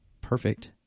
perfect